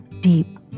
deep